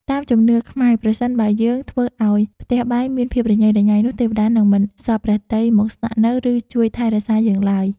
តាមជំនឿខ្មែរប្រសិនបើយើងធ្វើឱ្យផ្ទះបាយមានភាពរញ៉េរញ៉ៃនោះទេវតានឹងមិនសព្វព្រះទ័យមកស្នាក់នៅ ឬជួយថែរក្សាយើងឡើយ។